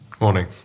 Morning